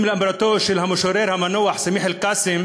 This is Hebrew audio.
לאמירתו של המשורר המנוח סמיח אל-קאסם,